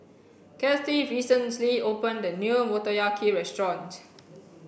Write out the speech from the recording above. Kathy recently opened a new Motoyaki restaurant